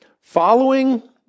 Following